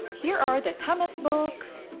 here are the thomas books,